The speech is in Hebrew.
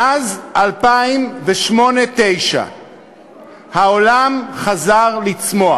מאז 2008 2009 העולם חזר לצמוח.